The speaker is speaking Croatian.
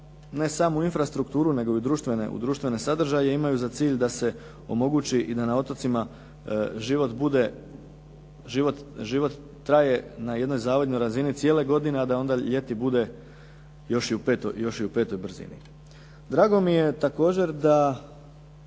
ne samo u infrastrukturu, nego i u društvene sadržaje imaju za cilj da se omogući i da na otocima život traje na jednoj zavidnoj razini cijele godine, a da onda ljeti bude još i 5. brzini. Drago mi je također da